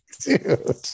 dude